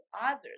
others